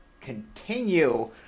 continue